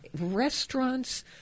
restaurants